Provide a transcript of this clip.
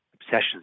obsessions